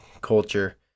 culture